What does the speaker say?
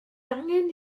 angen